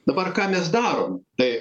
dabar ką mes darom tai